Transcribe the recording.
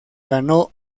ganó